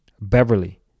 Beverly